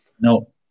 No